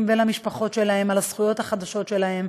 ולמשפחות שלהם על הזכויות החדשות שלהם,